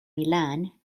milan